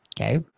Okay